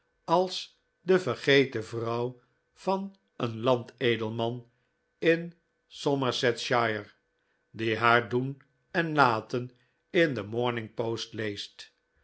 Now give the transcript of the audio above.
als de vergeten vrouw van een landedelman in somersetshire die haar doen en laten in de morning post leest